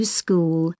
school